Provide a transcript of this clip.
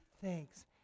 thanks